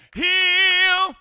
heal